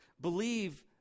Believe